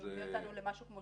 אותנו למשהו כמו